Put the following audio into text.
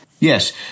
Yes